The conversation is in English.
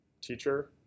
teacher